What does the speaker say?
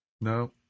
No